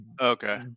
okay